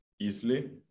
easily